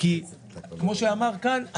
כי כמו שאמר כאן,